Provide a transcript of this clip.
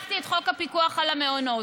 הנחתי את חוק הפיקוח על המעונות.